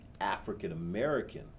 African-American